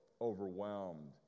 overwhelmed